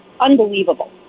unbelievable